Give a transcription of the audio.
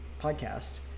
podcast